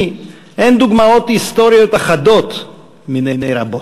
הם דוגמאות היסטוריות אחדות מני רבות.